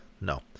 no